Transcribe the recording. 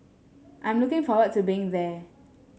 I'm looking forward to being there